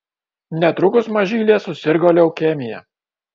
netrukus mažylė susirgo leukemija